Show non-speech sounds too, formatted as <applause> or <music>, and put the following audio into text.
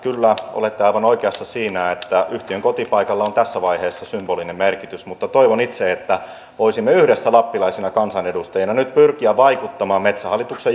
olette aivan oikeassa siinä että yhtiön kotipaikalla on tässä vaiheessa symbolinen merkitys mutta toivon itse että voisimme yhdessä lappilaisina kansanedustajina nyt pyrkiä vaikuttamaan metsähallituksen <unintelligible>